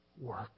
work